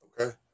Okay